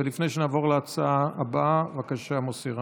לפני שנעבור להצעה הבאה, בבקשה, מוסי רז.